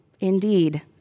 Indeed